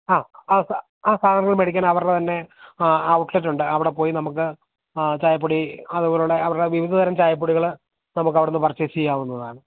ആ ആ സ ആ സാധനങ്ങൾ മേടിക്കാൻ അവരുടെ തന്നെ ഔട്ട്ലെറ്റുണ്ട് അവിടെ പോയി നമുക്ക് ചായപ്പൊടി അതുപോലെ അവരുടെ വിവിധതരം ചായപ്പൊടികള് നമുക്ക് അവിടുന്ന് പർച്ചേസെയ്യാവുന്നതാണ്